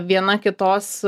viena kitos